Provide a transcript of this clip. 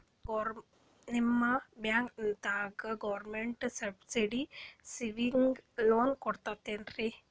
ನಿಮ ಬ್ಯಾಂಕದಾಗ government subsidy ಸ್ಕೀಮಿಗಿ ಲೊನ ಕೊಡ್ಲತ್ತೀರಿ?